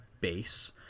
base